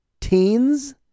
teens